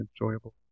enjoyable